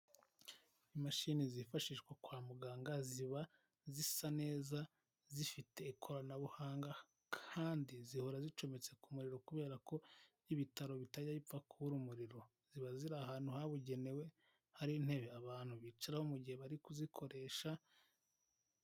Imashini zifashishwa kwa muganga ziba zisa neza zifite ikoranabuhanga kandi zihora zicometse ku muriro kubera ko ibitaro bitajya bipfa kubura umuriro, ziba ziri ahantu habugenewe hari intebe abantu bicaraho mu gihe bari kuzikoresha.